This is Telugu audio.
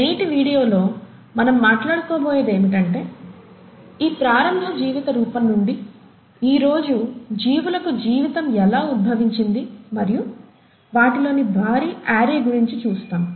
నేటి వీడియోలో మనం మాట్లాడబోయేది ఏమిటంటే ఈ ప్రారంభ జీవిత రూపం నుండి ఈ రోజు జీవులకు జీవితం ఎలా ఉద్భవించింది మరియు వాటిలోని భారీ ఆర్రే గురించి చూస్తాము